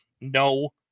No